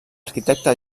arquitecte